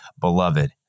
beloved